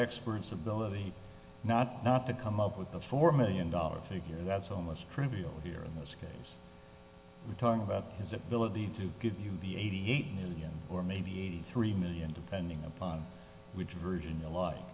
experts ability not not to come up with the four million dollar figure that's almost trivial here in this case we're talking about his ability to give you the eighty eight million or maybe eighty three million depending upon which version you li